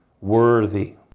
Worthy